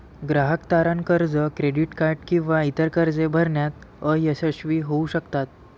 ग्राहक तारण कर्ज, क्रेडिट कार्ड किंवा इतर कर्जे भरण्यात अयशस्वी होऊ शकतात